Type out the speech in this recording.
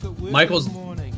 Michael's